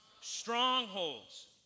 strongholds